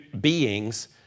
beings